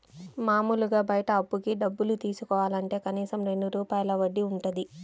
మాములుగా బయట అప్పుకి డబ్బులు తీసుకోవాలంటే కనీసం రెండు రూపాయల వడ్డీ వుంటది